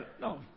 No